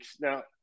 now